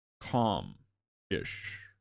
calm-ish